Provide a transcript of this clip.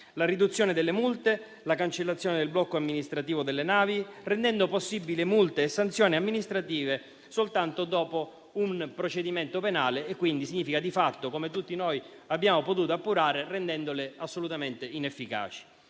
la riduzione delle multe, la cancellazione del blocco amministrativo delle navi, rendendo possibili multe e sanzioni amministrative soltanto dopo un procedimento penale. Ciò significa di fatto - come tutti noi abbiamo potuto appurare - renderle assolutamente inefficaci.